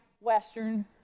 Western